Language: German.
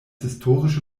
historische